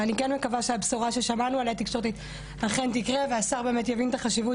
ואני כן מקווה שהבשורה ששמענו עליה אכן תקרה והשר באמת יבין את החשיבות